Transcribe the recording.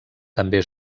també